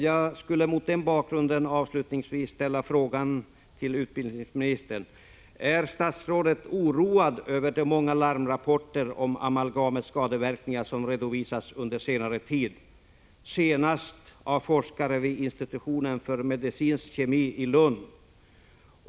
Jag skulle mot denna bakgrund avslutningsvis vilja ställa frågan till utbildningsministern: Är statsrådet oroad över de många larmrapporter om amalgamets skadeverkningar som redovisats under senare tid, senast av forskare vid institutionen för medicinsk kemi i Lund?